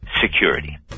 security